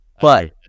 but-